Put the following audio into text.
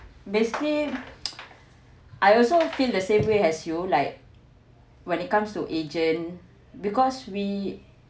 basically I also feel the same way as you like when it comes to agent because we